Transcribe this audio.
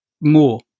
more